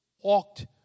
Walked